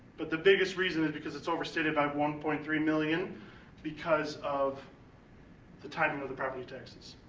but the biggest reason is because it's over stated by one point three million because of the timing of the property taxes.